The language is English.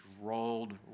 rolled